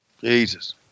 Jesus